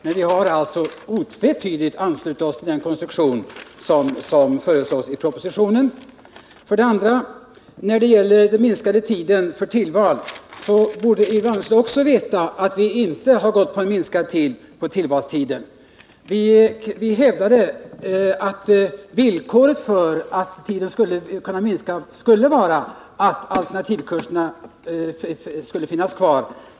Men vi har alltså otvetydigt anslutit oss till den konstruktion som föreslås i propositionen. För det andra borde Ylva Annerstedt när det gäller tiden för tillval veta att vi inte har gått med på en minskning av tillvalstiden. Vi hävdade att villkoret för en minskning av tiden skulle vara att alternativkurserna fanns kvar.